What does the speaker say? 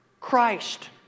Christ